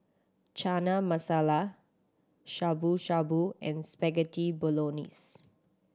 Chana Masala Shabu Shabu and Spaghetti Bolognese